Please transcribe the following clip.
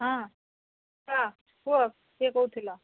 ହଁ ହଁ କୁହ କିଏ କହୁଥିଲ